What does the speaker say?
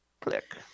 click